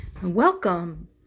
Welcome